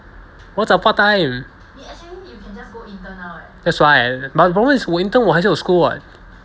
我要找 part time that's why but the problem is 我 intern 我还是有 school [what]